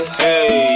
hey